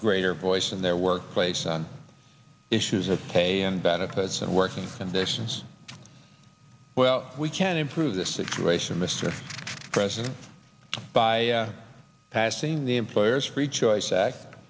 greater voice in their workplace on issues of pay and benefits and working conditions well we can improve the situation mr president by passing the employers free choice